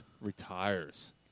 retires